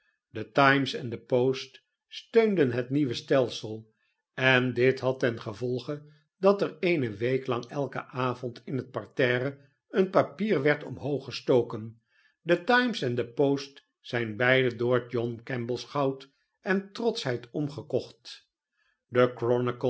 de times en de post steunden het nieuwe stelsel en dit had ten gevolge dat er eene week lang elken avond in het parterre een papier werd omhooggestoken de times en de post zijn beide door john kemble's goud en trotschheid omgekocht de